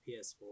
PS4